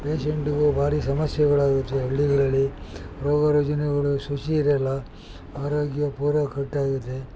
ಪೇಶೆಂಟ್ಗೆ ಭಾರಿ ಸಮಸ್ಯೆಗಳಾಗುತ್ತೆ ಹಳ್ಳಿಗಳಲ್ಲಿ ರೋಗ ರುಜಿನಗಳು ಶುಚಿ ಇರೋಲ್ಲ ಆರೋಗ್ಯ ಪೂರಾ ಕೆಟ್ಟೊಗುತ್ತೆ